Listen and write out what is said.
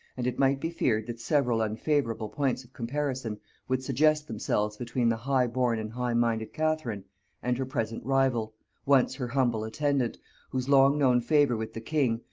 and it might be feared that several unfavorable points of comparison would suggest themselves between the high-born and high-minded catherine and her present rival once her humble attendant whose long-known favor with the king,